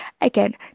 again